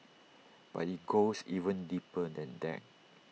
but IT goes even deeper than that